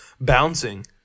bouncing